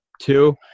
two